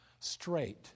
straight